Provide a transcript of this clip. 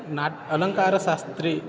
नाट्ये अलङ्कारशास्त्रे